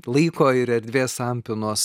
laiko ir erdvės sampynos